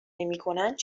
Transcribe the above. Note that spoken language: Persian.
نمیکنند